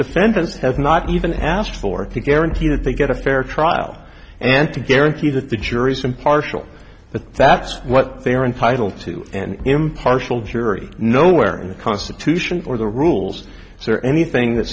defendants have not even asked for to guarantee that they get a fair trial and to guarantee that the jury's impartial but that's what they are entitled to an impartial jury nowhere in the constitution or the rules is there anything that